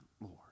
Lord